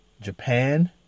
Japan